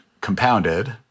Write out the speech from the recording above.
compounded